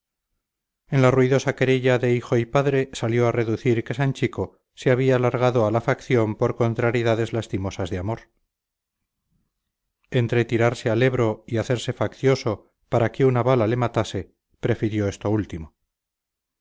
en la ruidosa querella de hijo y padre salió a relucir que sanchico se había largado a la facción por contrariedades lastimosas de amor entre tirarse al ebro y hacerse faccioso para que una bala le matase prefirió esto último